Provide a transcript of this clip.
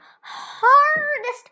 hardest